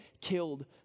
killed